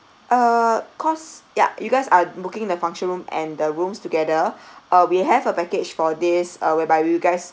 uh cause ya you guys are booking the function room and the rooms together uh we have a package for this uh whereby you guys